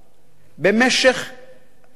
שלוש השנים האחרונות